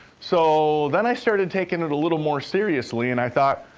so, then i started taking it a little more seriously and i thought,